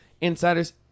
insiders